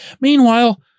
Meanwhile